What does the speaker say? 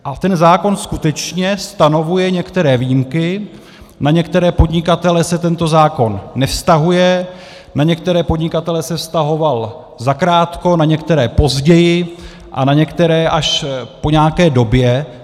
A ten zákon skutečně stanovuje některé výjimky, na některé podnikatele se tento zákon nevztahuje, na některé podnikatele se vztahoval zakrátko, na některé později a na některé až po nějaké době.